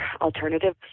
alternative